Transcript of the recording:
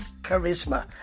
charisma